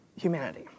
humanity